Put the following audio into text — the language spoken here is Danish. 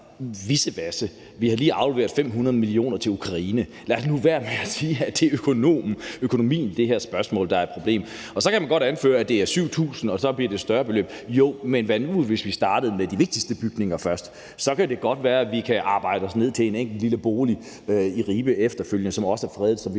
vissevasse – vi har lige afleveret 500 mio. kr. til Ukraine. Lad nu være med at sige, at det er økonomien i det her spørgsmål, der er et problem. Så kan man godt anføre, at det er 7.000, og så bliver det et større beløb, joh, men hvad nu hvis vi startede med de vigtigste bygninger først? Så kan det godt være, vi kan arbejde os ned til en enkelt lille bolig i Ribe efterfølgende, som også er fredet, og